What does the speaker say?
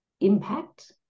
impact